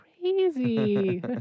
crazy